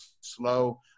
slow